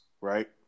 Right